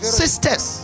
sisters